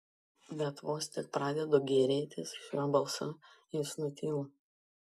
bet vos tik pradedu gėrėtis šiuo balsu jis nutyla